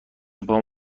پام